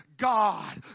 God